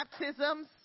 baptisms